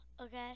okay